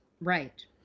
right